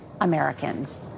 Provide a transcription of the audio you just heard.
Americans